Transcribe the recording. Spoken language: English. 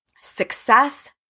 success